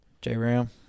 J-Ram